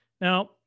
now